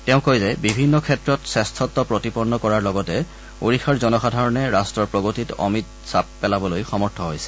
তেওঁ কয় যে বিভিন্ন ক্ষেত্ৰত শ্ৰেষ্ঠত্ব প্ৰতিপন্ন কৰাৰ লগতে ওড়িশাৰ জনসাধাৰণে ৰাট্টৰ প্ৰগতিত অমিত ছাপ পেলাবলৈ সমৰ্থ হৈছে